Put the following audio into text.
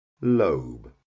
lobe